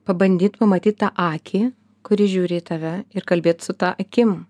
pabandyt pamatyt tą akį kuri žiūri į tave ir kalbėt su ta akim